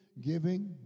giving